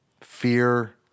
fear